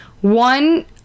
One